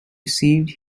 received